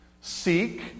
seek